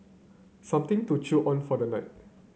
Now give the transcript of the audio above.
something to chew on for tonight